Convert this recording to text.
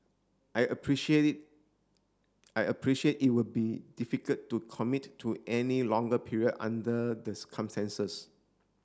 I appreciate it I appreciate it would be difficult to commit to any longer period under the circumstances